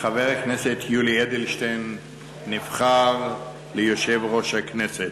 חבר הכנסת יולי אדלשטיין נבחר ליושב-ראש הכנסת.